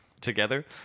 together